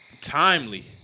Timely